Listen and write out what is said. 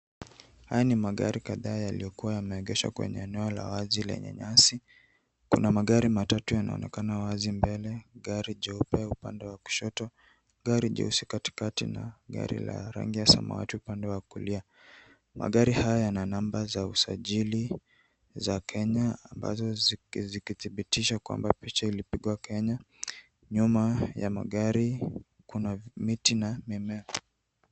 Haya ni magari kadhaa yaliyokuwa yameegeshwa kwenye eneo la wazi yenye nyasi. Kuna magari matatu yanaonekana wazi mbele, gari jeupe upande wa kushoto, gari jeusi katikati na gari la rangi ya samawati upande wa kulia. Magari haya yana namba za usajili za Kenya ambazo zikidhibitisha kwamba picha ilipigwa Kenya. Nyuma ya magari kuna miti na mimmea.